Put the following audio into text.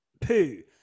poo